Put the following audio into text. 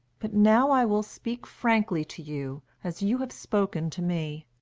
but now i will speak frankly to you, as you have spoken to me.